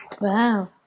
Wow